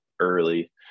early